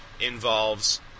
involves